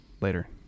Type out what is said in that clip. Later